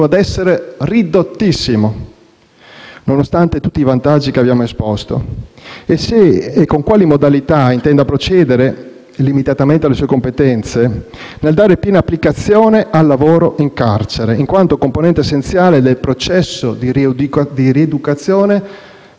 nonostante tutti i vantaggi che abbiamo esposto, e se e con quali modalità intenda procedere, limitatamente alle sue competenze, nel dare piena applicazione al lavoro in carcere in quanto componente essenziale del processo di rieducazione garantito dalla Costituzione.